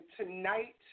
tonight